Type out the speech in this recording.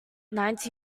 ninety